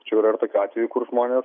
tačiau yra ir tokių atvejų kur žmonės